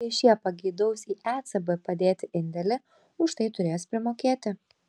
jei šie pageidaus į ecb padėti indėlį už tai turės primokėti